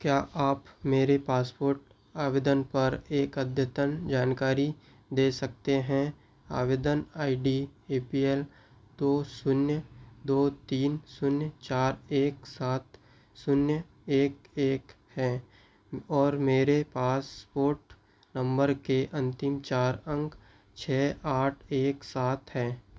क्या आप मेरे पासपोर्ट आवेदन पर एक अद्यतन जानकारी दे सकते हैं आवेदन I D A P L दो शून्य दो तीन शून्य चार एक सात शून्य एक एक है और मेरे पासपोर्ट नम्बर के अंतिम अंक छः आठ एक सात हैं